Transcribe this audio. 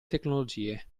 tecnologie